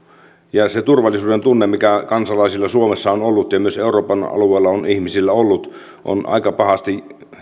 ja se turvallisuudentunne mikä kansalaisilla suomessa on ollut ja myös euroopan alueella on ihmisillä ollut on aika pahasti